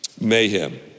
mayhem